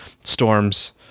storms